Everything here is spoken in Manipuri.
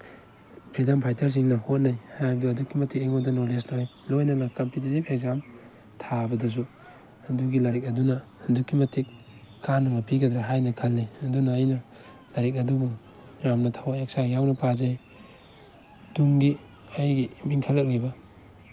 ꯐ꯭ꯔꯤꯗꯝ ꯐꯥꯏꯇꯔꯁꯤꯡꯅ ꯍꯣꯠꯅꯩ ꯍꯥꯏꯕꯗꯨ ꯑꯗꯨꯛꯀꯤ ꯃꯇꯤꯛ ꯑꯩꯉꯣꯟꯗ ꯅꯣꯂꯦꯖ ꯂꯩ ꯂꯣꯏꯅꯅ ꯀꯝꯄꯤꯇꯤꯇꯞ ꯑꯦꯛꯖꯥꯝ ꯊꯥꯕꯗꯁꯨ ꯑꯗꯨꯒꯤ ꯂꯥꯏꯔꯤꯛ ꯑꯗꯨꯅ ꯑꯗꯨꯛꯀꯤ ꯃꯇꯤꯛ ꯀꯥꯟꯅꯕ ꯄꯤꯒꯗ꯭ꯔꯥ ꯍꯥꯏꯅ ꯈꯜꯂꯤ ꯑꯗꯨꯅ ꯑꯩꯅ ꯂꯥꯏꯔꯤꯛ ꯑꯗꯨꯕꯨ ꯌꯥꯝꯅ ꯊꯋꯥꯏ ꯍꯛꯆꯥꯡ ꯌꯥꯎꯅ ꯄꯥꯖꯩ ꯇꯨꯡꯒꯤ ꯑꯩꯒꯤ ꯏꯟꯈꯠꯂꯛꯏꯕ